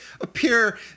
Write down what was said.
appear